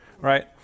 right